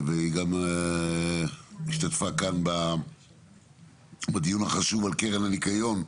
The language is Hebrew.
והיא גם השתתפה כאן בדיון החשוב על קרן הניקיון,